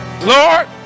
Lord